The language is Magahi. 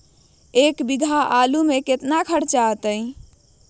एक बीघा आलू में केतना खर्चा अतै?